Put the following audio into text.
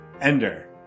Ender